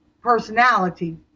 personality